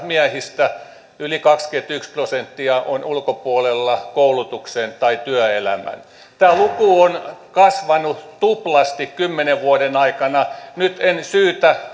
miehistä yli kaksikymmentäyksi prosenttia on ulkopuolella koulutuksen tai työelämän tämä luku on kasvanut tuplasti kymmenen vuoden aikana nyt en syytä